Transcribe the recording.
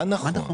מה נכון?